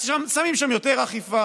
אז שמים שם יותר אכיפה,